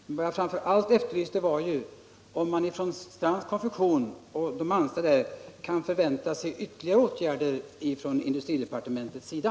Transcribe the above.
Vad jag framför allt efterlyste var besked, huruvida Strands Konfektion och de anställda där kan förvänta sig ytterligare åtgärder från industridepartementets sida.